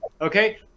Okay